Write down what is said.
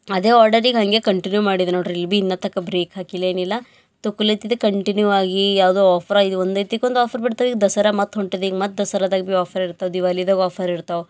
ಅದೇ ಆರ್ಡರಿಗೆ ಹಂಗೆ ಕಂಟಿನ್ಯೂ ಮಾಡಿದೆ ನೋಡ್ರಿಲ್ಲಿ ಬಿ ಇನ್ನತ್ತಕ ಬ್ರೇಕ್ ಹಾಕಿಲ್ಲ ಏನಿಲ್ಲ ತೊಕೊಳತಿದೆ ಕಂಟಿನ್ಯೂ ಆಗಿ ಯಾವುದೋ ಆಫರೈದ ಒಂದೈತಿಕ ಒಂದು ಆಫರ್ ಬಿಡ್ತ ಈ ದಸರಾ ಮತ್ತು ಹೊಂಟಿದ ಈಗ ಮತ್ತು ದಸರದಾಗ್ ಬಿ ಆಫರ್ ಇರ್ತದ ದಿವಾಲಿದಾಗ್ ಆಫರ್ ಇರ್ತವ